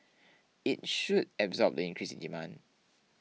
it should absorb the increase in demand